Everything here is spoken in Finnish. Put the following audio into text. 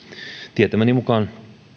tietämäni mukaan